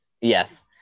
yes